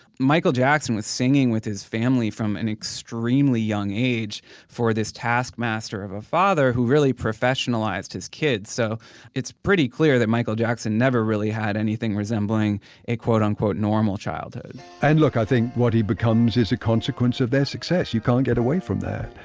michael jackson was singing with his family from an extremely young age for this taskmaster of a father who really professionalized his kids so it's pretty clear that michael jackson never really had anything resembling a quote unquote normal childhood and look i think what he becomes is a consequence of their success. you can't get away from that.